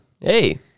hey